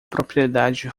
propriedade